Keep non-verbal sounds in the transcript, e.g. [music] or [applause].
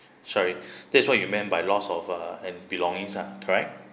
sorry [breath] that's what you meant by loss of uh and belongings ah correct